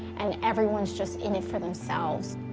and everyone's just in it for themselves.